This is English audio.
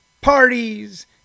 parties